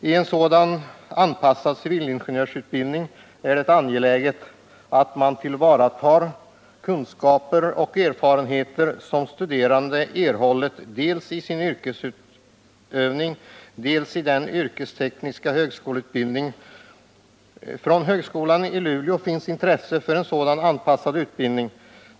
I en sådan anpassad civilingenjörsutbildning är det angeläget att man tillvaratar kunskaper och erfarenheter som studerande erhållit dels i sin yrkesutövning, dels i den yrkestekniska högskoleutbildningen. Från högskolan i Luleå finns intresse för en sådan anpassad utbildning.